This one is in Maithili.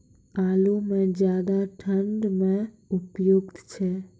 आलू म ज्यादा ठंड म उपयुक्त छै?